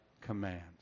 commands